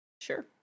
sure